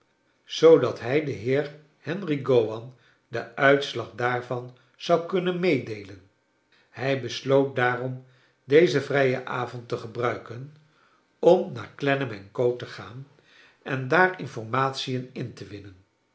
zoodat hij den heer henry g owan den uitslag daarvan zou kunnen meedeelen hij besloot daarom dezen vrijen avond te gebruiken om naar clennam en co te gaan en daar informatien in te winnen